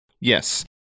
Yes